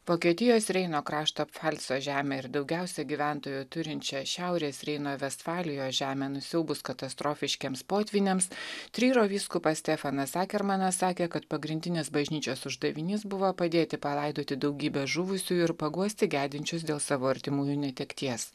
vokietijos reino krašto falco žemę ir daugiausiai gyventojų turinčią šiaurės reino vestfalijos žemę nusiaubus katastrofiškiems potvyniams tryro vyskupas stefanas akermanas sakė kad pagrindinis bažnyčios uždavinys buvo padėti palaidoti daugybę žuvusiųjų ir paguosti gedinčius dėl savo artimųjų netekties